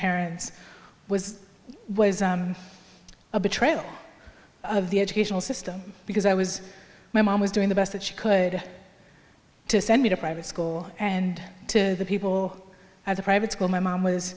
parents was a betrayal of the educational system because i was my mom was doing the best that she could to send me to private school and to the people as a private school my mom was